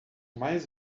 mais